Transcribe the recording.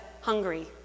hungry